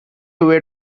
were